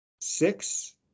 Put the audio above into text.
six